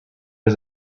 was